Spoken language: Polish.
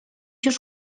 już